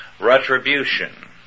Retribution